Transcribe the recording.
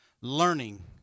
learning